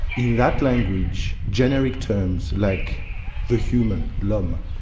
in that language, generate terms like the human, l'homme,